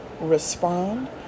respond